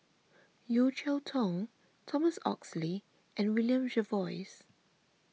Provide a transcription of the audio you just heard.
Yeo Cheow Tong Thomas Oxley and William Jervois